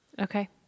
Okay